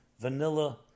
vanilla